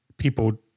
People